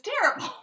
terrible